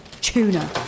Tuna